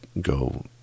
go